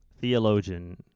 theologian